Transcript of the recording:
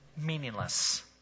meaningless